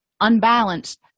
unbalanced